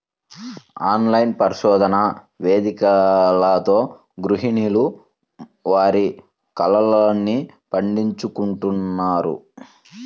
online పరిశోధన వేదికలతో గృహిణులు వారి కలల్ని పండించుకుంటున్నారు